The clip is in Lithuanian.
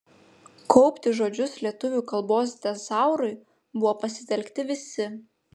kaupti žodžius lietuvių kalbos tezaurui buvo pasitelkti visi